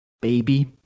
baby